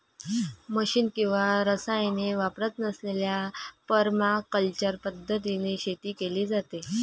machine किंवा रसायने वापरत नसलेल्या परमाकल्चर पद्धतीने शेती केली जाते